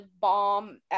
bomb